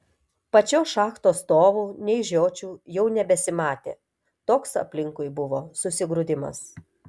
pačios šachtos stovų nei žiočių jau nebesimatė toks aplinkui buvo susigrūdimas